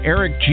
Eric